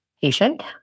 patient